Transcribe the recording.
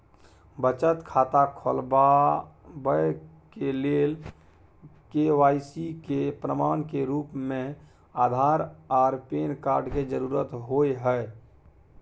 बचत खाता खोलाबय के लेल के.वाइ.सी के प्रमाण के रूप में आधार आर पैन कार्ड के जरुरत होय हय